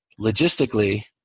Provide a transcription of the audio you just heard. logistically